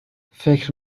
فکر